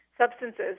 substances